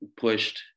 pushed